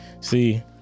See